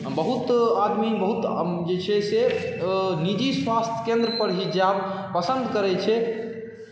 बहुत आदमी जे छै से निजी स्वास्थ्य केन्द्र पर ही जायब पसन्द करैत छै